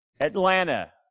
atlanta